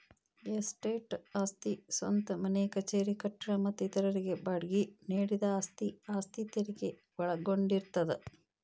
estate ಆಸ್ತಿ ಸ್ವಂತ ಮನೆ ಕಚೇರಿ ಕಟ್ಟಡ ಮತ್ತ ಇತರರಿಗೆ ಬಾಡ್ಗಿ ನೇಡಿದ ಆಸ್ತಿ ಆಸ್ತಿ ತೆರಗಿ ಒಳಗೊಂಡಿರ್ತದ